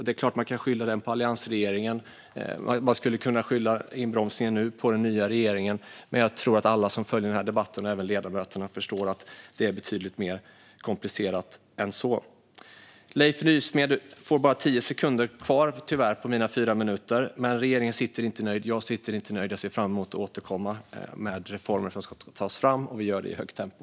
Det är klart att man kan skylla den på alliansregeringen och inbromsningen nu på den nya regeringen, men jag tror att alla som följer den här debatten och även ledamöterna förstår att det är betydligt mer komplicerat än så. Åt Leif Nysmeds fråga har jag nu tyvärr bara tio sekunder kvar av mina fyra minuter, men regeringen sitter inte nöjd. Jag sitter inte nöjd. Jag ser fram emot att återkomma med reformer som ska ta oss framåt, och vi gör det i högt tempo.